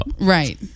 Right